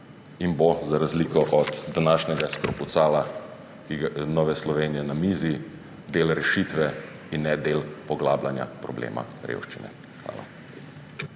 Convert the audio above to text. in bo za razliko od današnjega skrpucala Nove Slovenije na mizi del rešitve in ne del poglabljanja problema revščine. Hvala.